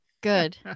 Good